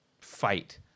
fight